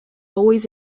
always